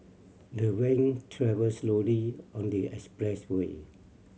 the van travelled slowly on the expressway